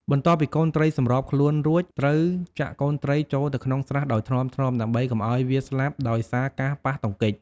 បន្ទាប់ពីកូនត្រីសម្របខ្លួនរួច ត្រូវចាក់កូនត្រីចូលទៅក្នុងស្រះដោយថ្នមៗ ដើម្បីកុំឲ្យវាស្លាប់ដោយសារការប៉ះទង្គិច។